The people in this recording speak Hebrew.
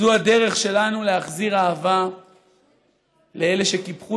זו הדרך שלנו להחזיר אהבה לאלה שקיפחו